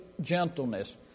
gentleness